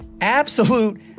absolute